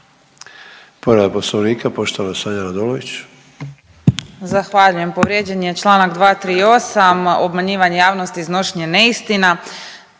Povreda poslovnika poštovana Sanja Radolović.